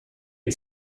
and